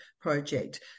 project